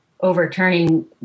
overturning